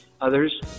others